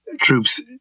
troops